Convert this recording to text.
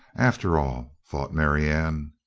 after all, thought marianne.